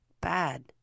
bad